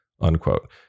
Unquote